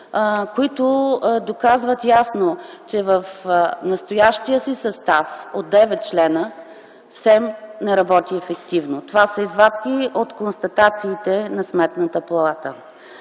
които доказват ясно, че в настоящия си състав от девет члена СЕМ не работи ефективно. Това са извадки от констатациите на Сметната палата.